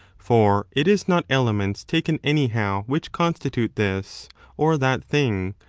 for it is not elements taken anyhow which constitute this or that thing,